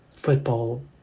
Football